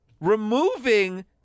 removing